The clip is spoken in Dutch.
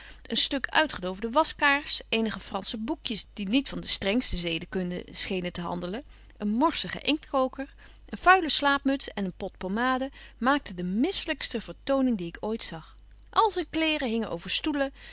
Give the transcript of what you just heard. een stuk uitgedoofde waskaers eenige fransche boekjes die niet van de strengste zedekunde schenen te handelen een morsige inktkoker een vuile slaapmuts en een pot pommade maakte de misselykste vertoning die ik ooit zag al zyn kleêren hingen over stoelen